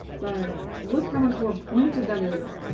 but look how much more pointed that is.